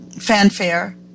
fanfare